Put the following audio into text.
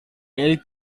ele